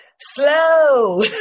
Slow